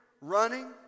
running